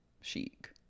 Chic